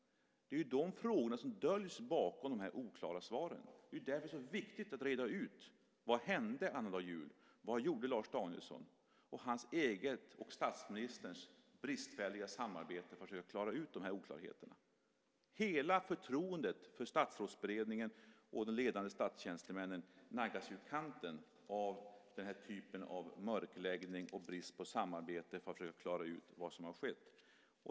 Det är de frågorna som döljer sig bakom de oklara svaren. Det är därför som det är så viktigt att reda ut: Vad hände annandag jul? Vad gjorde Lars Danielsson? Det gäller också hans eget och statsministerns bristfälliga samarbete för att försöka klara ut dessa oklarheter. Hela förtroendet för Statsrådsberedningen och de ledande statstjänstemännen naggas i kanten av den här typen av mörkläggning och brist på samarbete för att försöka klara ut vad som har skett.